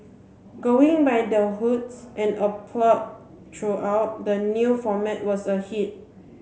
going by the hoots and applaud throughout the new format was a hit